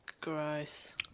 Gross